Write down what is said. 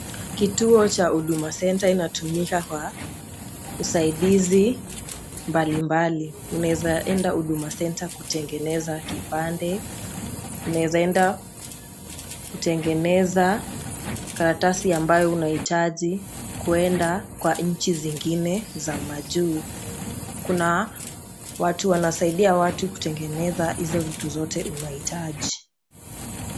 Kituo ya huduma center inatumika kwa usaidizi mbali mbali unaweza enda huduma center kutengeneza kipande, unaweza ena kutengeneza karatasi ambayo unahitaji kwenda kwa nchi zingine za majuu. Kuna watu wanasaidia watu kutengeneza hizo vitu zote unahitaji.